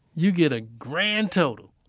you get a grand total,